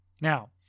Now